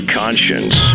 conscience